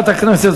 משהו כזה.